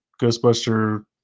Ghostbuster